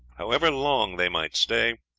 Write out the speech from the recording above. however long they might stay,